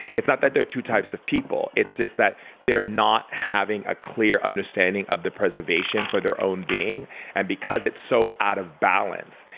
it's not that there are two types of people. it's just that they're not having a clear understanding of the preservation for their own being and because it's so out of balance,